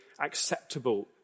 acceptable